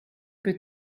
più